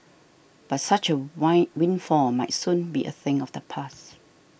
but such a wind windfall might soon be a thing of the past